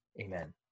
Amen